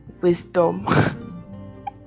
wisdom